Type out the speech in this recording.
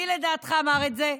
מי לדעתך אמר את זה?